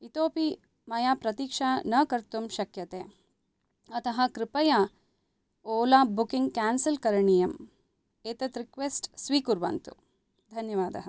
इतोऽपि मया प्रतीक्षा न कर्तुं शक्यते अतः कृपया ओला बुकिङ्ग् केन्सल् करणीयम् एतत् रिक्वेस्ट् स्वीकुर्वन्तु धन्यवादः